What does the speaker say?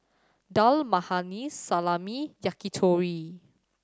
Dal Makhani Salami Yakitori